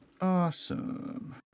Awesome